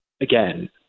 again